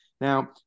Now